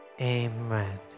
amen